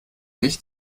nicht